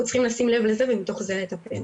אנחנו צריכים לשים לב לזה ומתוך זה לטפל.